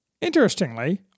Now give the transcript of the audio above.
Interestingly